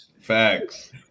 Facts